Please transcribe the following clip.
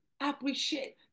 appreciate